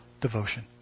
devotion